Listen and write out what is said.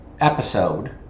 episode